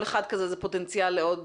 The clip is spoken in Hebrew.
כל אחד כזה הוא פוטנציאל לעוד